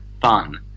fun